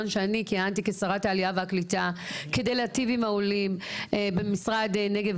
שכיהנתי כשרת העלייה והקליטה כדי להיטיב עם העולים מכיסאך כשר